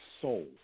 soul